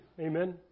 Amen